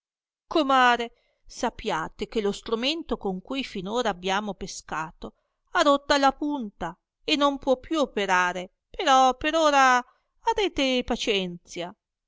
comare sapiate che lo stromento con cui fin ora abbiamo pescato ha rotta la punta e non può più operare però per ora arrete pacienzia